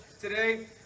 today